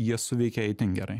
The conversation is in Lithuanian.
jie suveikė itin gerai